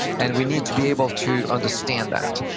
and we need to be able to understand that,